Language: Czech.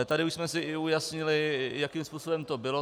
Tady už jsme si i ujasnili, jakým způsobem to bylo.